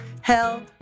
Hell